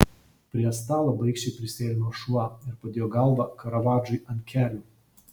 prie stalo baikščiai prisėlino šuo ir padėjo galvą karavadžui ant kelių